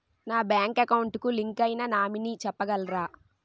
నా bank account కి link అయినా నామినీ చెప్పగలరా?